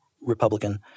Republican